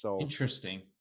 interesting